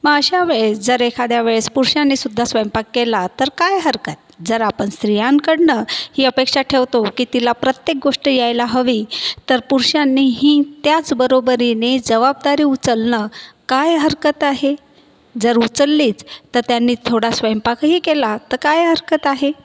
मग अशा वेळेस जर एखाद्या वेळेस पुरुषांनी सुद्धा स्वयंपाक केला तर काय हरकत जर आपण स्त्रियांकडनं ही अपेक्षा ठेवतो की तिला प्रत्येक गोष्ट यायला हवी तर पुरुषांनीही त्याच बरोबरीने जबाबदारी उचलणं काय हरकत आहे जर उचललीच तर त्यांनी थोडा स्वयंपाकही केला तर काय हरकत आहे